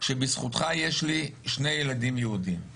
אנחנו רואים מצד שני, ירידה במס'